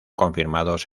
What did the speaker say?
confirmados